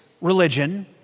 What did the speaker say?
religion